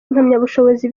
impamyabushobozi